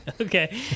okay